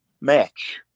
match